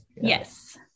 Yes